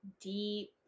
deep